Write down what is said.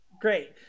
Great